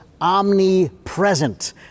omnipresent